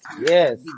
yes